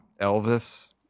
Elvis